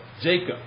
Jacob